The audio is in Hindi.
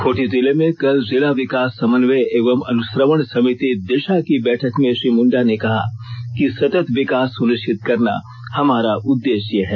खूंटी जिले में कल जिला विकास समन्वय एवं अनुश्रवण समिति दिशा की बैठक में श्री मुंडा ने कहा कि सतत विकास सुनिश्चित करना हमारा उद्देश्य है